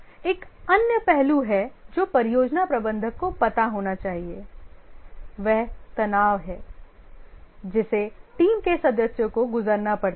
एक अन्य पहलू जो परियोजना प्रबंधक को पता होना चाहिए वह तनाव है जिसे टीम के सदस्यों को गुजरना पड़ता है